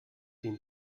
den